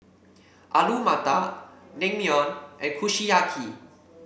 Alu Matar Naengmyeon and Kushiyaki